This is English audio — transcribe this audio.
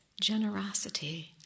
generosity